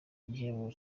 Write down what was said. igihembo